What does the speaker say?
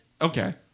Okay